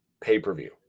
pay-per-view